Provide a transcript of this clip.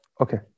Okay